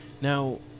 now